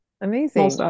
Amazing